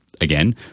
Again